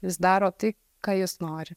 jis daro tai ką jis nori